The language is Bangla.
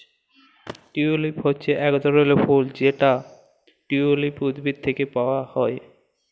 টিউলিপ হচ্যে এক ধরলের ফুল যেটা টিউলিপ উদ্ভিদ থেক্যে পাওয়া হ্যয়